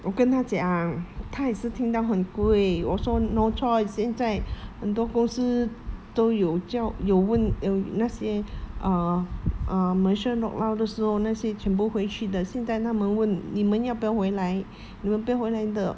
我跟他讲他也是听到很贵我说 no choice 现在很多公司都有较有问有那些 uh uh malaysia lockdown 的时候那些全部回去的现在他们问你们要不要回来你们不要回来的